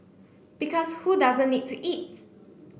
because who doesn't need to eat